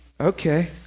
Okay